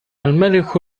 الملك